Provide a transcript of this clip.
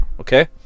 okay